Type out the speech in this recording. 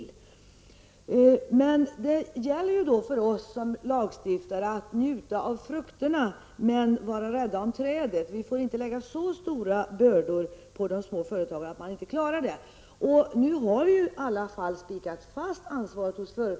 Som lagstiftare gäller det ju för oss att njuta av frukterna samtidigt som vi är rädda om trädet. Vi får inte lägga så stora bördor på de små företagen att dessa inte klarar sig. Nu har i alla fall företagens ansvar fastslagits.